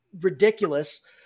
ridiculous